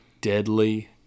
deadly